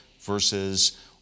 versus